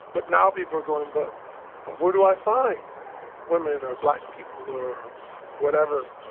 but now people are going, but but where do i find women or black people or whatever.